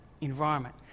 environment